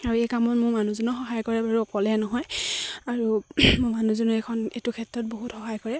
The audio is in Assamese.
আৰু এই কামত মোৰ মানুহজনেও সহায় কৰে বাৰু অকলে নহয় আৰু মোৰ মানুহজনে এইটো ক্ষেত্ৰত বহুত সহায় কৰে